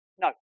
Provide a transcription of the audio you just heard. no